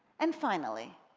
and finally,